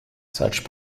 such